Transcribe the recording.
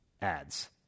ads